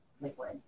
liquid